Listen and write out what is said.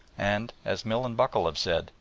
and, as mill and buckle have said,